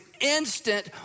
instant